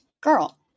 Girl